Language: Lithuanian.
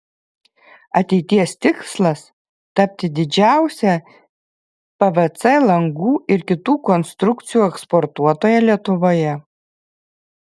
ateities tikslas tapti didžiausia pvc langų ir kitų konstrukcijų eksportuotoja lietuvoje